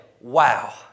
wow